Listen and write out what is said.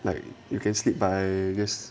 like you can sleep by